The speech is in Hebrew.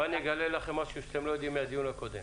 בואו אגלה לכם משהו שאתם לא יודעים מהדיון הקודם.